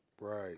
Right